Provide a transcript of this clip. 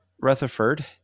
Rutherford